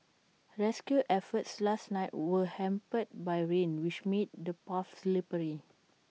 rescue efforts last night were hampered by rain which made the paths slippery